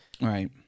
Right